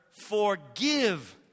forgive